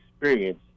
experience